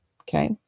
Okay